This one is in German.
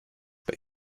bei